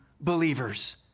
believers